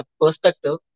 perspective